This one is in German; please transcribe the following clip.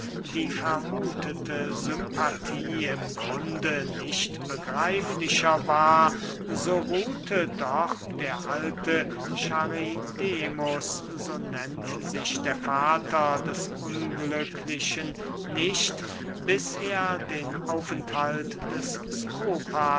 die vermuthete sympathie im grunde nicht begreiflicher war so ruhte doch der alte charidemus so nennt sich der vater des unglücklichen nicht bis er den aufenthalt des